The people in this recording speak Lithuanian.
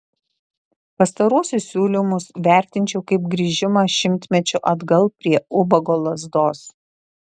pastaruosius siūlymus vertinčiau kaip grįžimą šimtmečiu atgal prie ubago lazdos